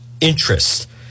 interest